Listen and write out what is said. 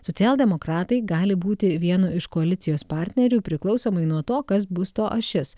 socialdemokratai gali būti vienu iš koalicijos partnerių priklausomai nuo to kas bus to ašis